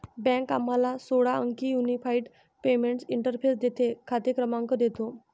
bank आम्हाला सोळा अंकी युनिफाइड पेमेंट्स इंटरफेस देते, खाते क्रमांक देतो